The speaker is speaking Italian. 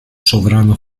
sovrano